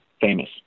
famous